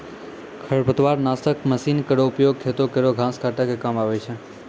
खरपतवार नासक मसीन केरो उपयोग खेतो केरो घास काटै क काम आवै छै